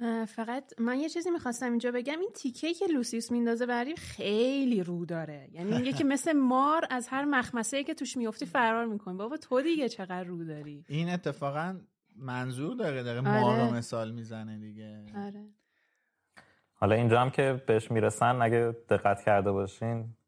اه، فقط من یه چیزی می‌خواستم اینجا بگم. این تیکه‌ای که لوسیوس می‌ندازه بریم خیلی رو داره. یعنی یکی که مثل مار از هر مخمسه‌ای که توش می‌افتی فرار می‌کنی. بابا تو دیگه چقدر رو داری؟ این اتفاقاً منظور داره، داره آره. مار رو مثال می‌زنه دیگه. آره. حالا اینجا هم که بهش می‌رسن، اگه دقت کرده باشین